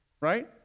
right